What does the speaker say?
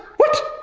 what,